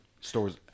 stores